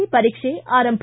C ಪರೀಕ್ಷೆ ಆರಂಭ